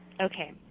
Okay